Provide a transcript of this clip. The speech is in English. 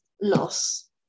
loss